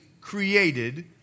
created